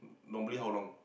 normally how long